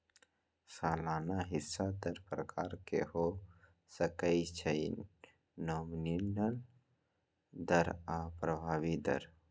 सलाना हिस्सा दर प्रकार के हो सकइ छइ नॉमिनल दर आऽ प्रभावी दर